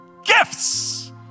gifts